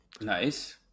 Nice